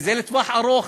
וזה לטווח ארוך.